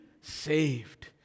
saved